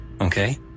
okay